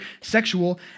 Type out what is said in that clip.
sexual